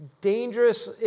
dangerous